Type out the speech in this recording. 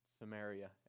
Samaria